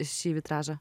šį vitražą